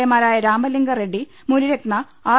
A മാരായ Ramalinga Reddy Munirathna R